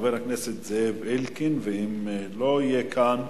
חבר הכנסת זאב אלקין, ואם לא יהיה כאן,